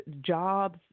jobs